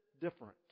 different